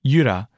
Yura